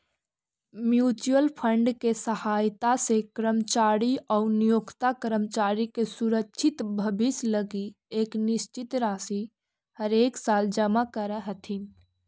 mutual fund के सहायता से कर्मचारी आउ नियोक्ता कर्मचारी के सुरक्षित भविष्य लगी एक निश्चित राशि हरेकसाल जमा करऽ हथिन